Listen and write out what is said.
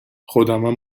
خودمم